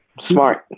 smart